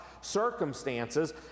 circumstances